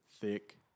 thick